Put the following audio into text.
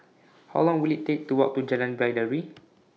How Long Will IT Take to Walk to Jalan Baiduri